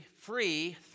free